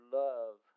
love